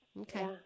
Okay